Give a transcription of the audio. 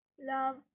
love